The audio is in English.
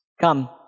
Come